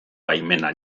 baimena